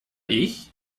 ich